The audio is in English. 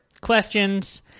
questions